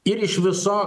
ir iš viso